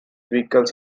vehicles